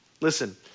Listen